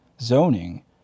zoning